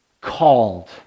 called